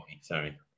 Sorry